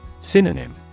Synonym